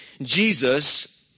Jesus